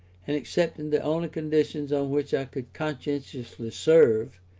and accepting the only conditions on which i could conscientiously serve,